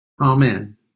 Amen